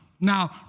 Now